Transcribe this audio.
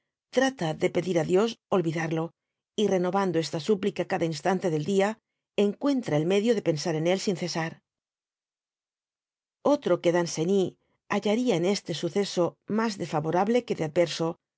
trata de pedir á dios olvidarlo y renovando esta súplica cada instante del dia encuentra el medio de pensar en él sin cesar otro quedanceny hallaría en este suceso mas de favorable que de adverso